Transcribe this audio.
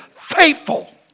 faithful